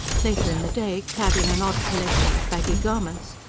later in the day, clad in an odd collection of baggy garments,